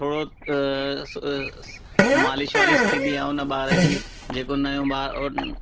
थोरो मालिश वालिश थींदा आहे उन ॿार जी जेको नयो ॿारु